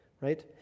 right